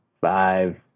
five